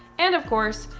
and, of course,